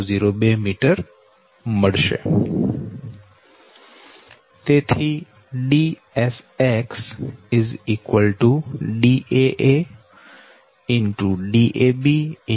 002 m તેથી Dsx Daa